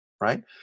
right